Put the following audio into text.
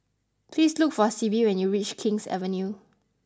please look for Sibbie when you reach King's Avenue